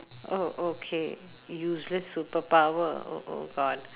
oh okay useless superpower oh oh god